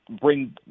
bring